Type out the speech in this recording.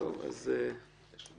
לסיים